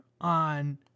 on